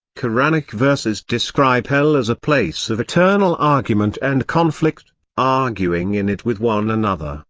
koranic verses describe hell as a place of eternal argument and conflict arguing in it with one another,